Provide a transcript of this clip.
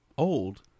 old